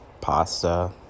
pasta